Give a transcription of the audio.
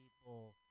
people